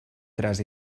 tres